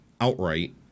outright